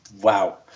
Wow